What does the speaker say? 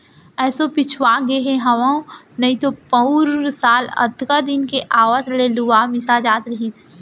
एसो पिछवा गए हँव नइतो पउर साल अतका दिन के आवत ले लुवा मिसा जात रहिस